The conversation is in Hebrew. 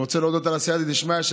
אני רוצה להודות על הסייעתא דשמיא,